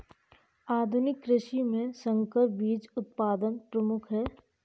आधुनिक कृषि में संकर बीज उत्पादन प्रमुख है